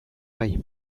bai